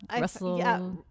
Russell